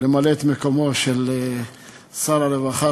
למלא את מקומו של שר הרווחה,